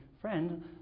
Friend